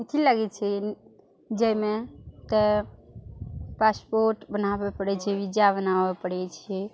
अथी लागै छै जाहिमे तऽ पासपोर्ट बनाबे पड़ै छै बिज्जा बनाबऽ पड़ै छै